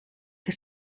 que